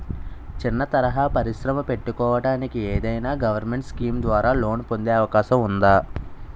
చిన్న తరహా పరిశ్రమ పెట్టుకోటానికి ఏదైనా గవర్నమెంట్ స్కీం ద్వారా లోన్ పొందే అవకాశం ఉందా?